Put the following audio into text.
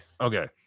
okay